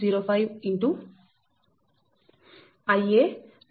మీకు ʎa 0